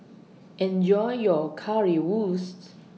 Enjoy your Currywurst